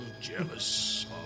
jealous